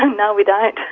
and no, we don't.